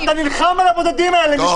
אתה נלחם על הבודדים האלה.